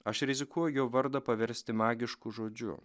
aš rizikuo jo vardą paversti magišku žodžiu